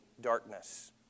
darkness